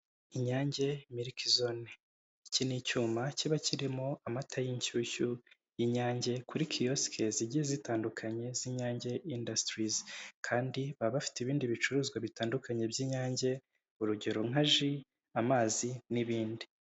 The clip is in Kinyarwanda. Inyange milk zone, iki ni icyuma kiba kirimo amata y'inshyushyu inyange kuri kiyosike zigiye zitandukanye z'inyange industries. kandi baba bafite ibindi bicuruzwa bitandukanye by'inyange urugero nka ju, amazi n'ibindi.